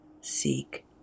Seek